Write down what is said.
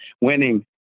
Winning